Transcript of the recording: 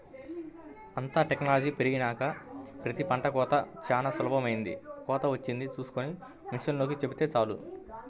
అంతా టెక్నాలజీ పెరిగినాక ప్రతి పంట కోతా చానా సులభమైపొయ్యింది, కోతకొచ్చింది చూస్కొని మిషనోల్లకి చెబితే చాలు